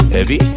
Heavy